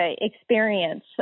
experience